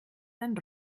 sein